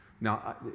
Now